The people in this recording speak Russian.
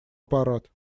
аппарат